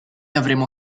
avremo